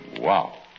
Wow